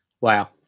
Wow